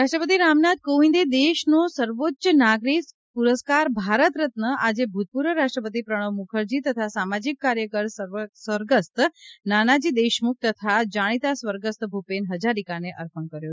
રાષ્ટ્રપતિ રામ નાથ કોવિંદે દેશનો સર્વોચ્ચ નાગરિક પુરસ્કાર ભારત રત્ન આજે ભૂતપૂર્વ રાષ્ટ્રપતિ પ્રણવ મુખરજી તથા સામાજિક કાર્યકર સ્વર્ગસ્થ નાનાજી દેશમુખ તથા જાણિત સ્વર્ગસ્થ ભૂપેન હજારિકાને અર્પણ કર્યો છે